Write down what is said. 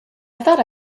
thought